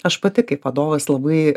aš pati kaip vadovas labai